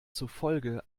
zufolge